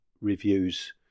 reviews